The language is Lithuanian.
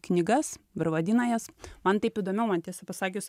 knygas ir vadina jas man taip įdomiau man tiesą pasakius